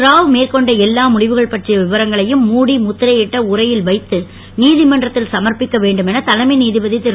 ராவ் மேற்கொண்ட எல்லா முடிவுகள் பற்றிய விவரங்களையும் மூடி முத்திரையிட்ட உரையில் வைத்து நீதிமன்றத்தில் சமர்ப்பிக்க வேண்டுமென தலைமை நீதிபதி திரு